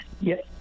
yes